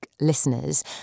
listeners